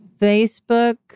Facebook